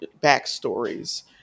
backstories